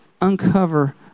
uncover